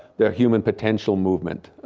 the human potential movement,